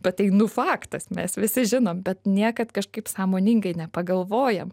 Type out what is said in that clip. bet tai nu faktas mes visi žinome bet niekad kažkaip sąmoningai nepagalvojam